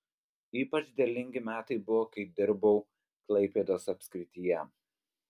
ypač derlingi metai buvo kai dirbau klaipėdos apskrityje